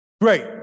Great